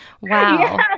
wow